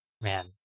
man